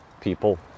people